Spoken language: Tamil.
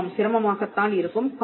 ஆமாம் சிரமமாகத்தான் இருக்கும்